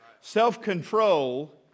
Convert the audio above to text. Self-control